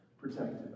protected